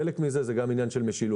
חלק מזה הוא גם עניין של משילות.